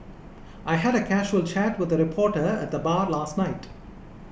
I had a casual chat with a reporter at the bar last night